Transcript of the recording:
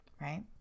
right